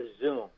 Zoom